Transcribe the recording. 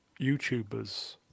YouTubers